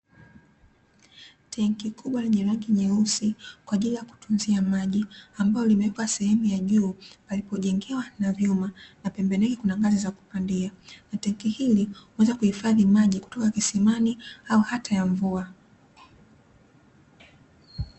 Tenki kubwa lenye rangi nyeusi kwa ajili ya kutunzia maji ambayo limewekwa sehemu ya juu palipojengewa na vyuma, na pembeni yake kuna ngazi za kupandia. Na tenki hili laweza kuhifadhi maji kutoka kisimani au hata ya mvua.